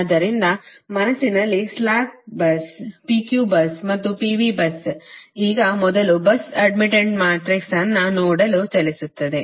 ಆದ್ದರಿಂದ ಮನಸ್ಸಿನಲ್ಲಿ slack bus P Q bus ಮತ್ತು P V busಈಗ ಮೊದಲು bus ಅಡ್ಡ್ಮಿಟ್ಟನ್ಸ್ ಮ್ಯಾಟ್ರಿಕ್ಸ್ ಅನ್ನು ನೋಡಲು ಚಲಿಸುತ್ತದೆ